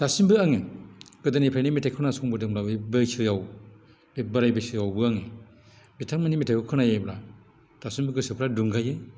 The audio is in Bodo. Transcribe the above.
दासिमबो आङो गोदोनिफ्रायनो मेथाइ खोनासंबोदोंब्लाबो बैसोआव बे बोराय बैसोआवबो आङो बिथांमोननि मेथाइखौ खोनायोब्ला दासिमबो गोसोफ्रा दुं गायो